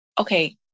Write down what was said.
Okay